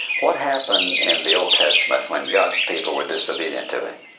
what happened in the old testament when god's people were disobedient to him?